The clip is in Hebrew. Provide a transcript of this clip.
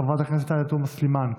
חברת הכנסת עאידה תומא סלימאן,